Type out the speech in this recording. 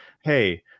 hey